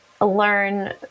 learn